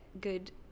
good